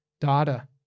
data